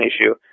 issue